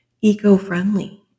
Eco-friendly